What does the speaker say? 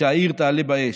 כשהעיר תעלה באש,